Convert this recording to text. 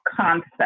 concept